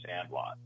Sandlot